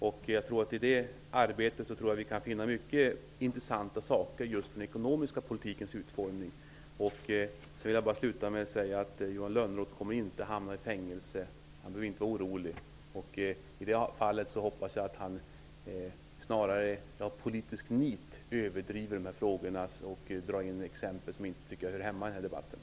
I detta arbete kan vi finna mycket intressant just för den ekonomiska politikens utformning. Jag vill avslutningsvis säga att Johan Lönnroth inte kommer att hamna i fängelse. Han behöver inte vara orolig. Jag menar att han av politiskt nit överdriver i dessa frågor. Han drar in exempel som inte hör hemma i den här debatten.